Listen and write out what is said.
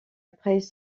après